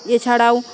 এছাড়াও